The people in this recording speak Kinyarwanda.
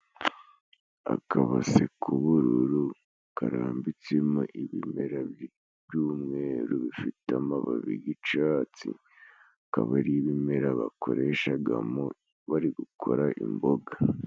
Akabase k'ubururu karambitsemo ibimera byu by'umweru bifite amababi g'icatsi, akaba ari ibimera bakoreshagamo bari gukora imboga.